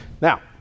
Now